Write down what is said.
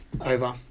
over